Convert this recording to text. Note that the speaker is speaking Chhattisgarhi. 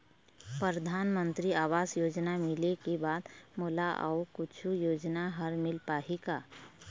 परधानमंतरी आवास योजना मिले के बाद मोला अऊ कुछू योजना हर मिल पाही का?